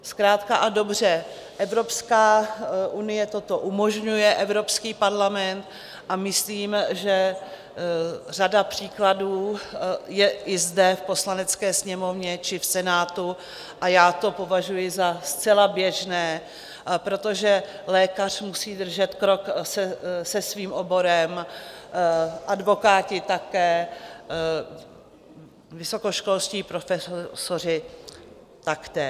Zkrátka a dobře, Evropská unie toto umožňuje, Evropský parlament, a myslím, že řada příkladů je i zde v Poslanecké sněmovně či v Senátu, a já to považuji za zcela běžné, protože lékař musí držet krok se svým oborem, advokáti také, vysokoškolští profesoři taktéž.